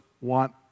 want